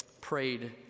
prayed